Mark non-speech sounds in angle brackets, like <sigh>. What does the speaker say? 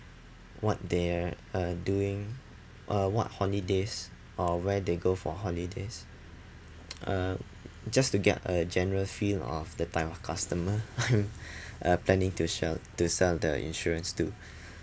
what they are uh doing uh what holidays or where they go for holidays uh just to get a general feel of the type of customer <laughs> uh planning to shell to sell the insurance too